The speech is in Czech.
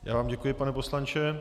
Já vám děkuji, pane poslanče.